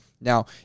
Now